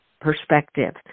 perspective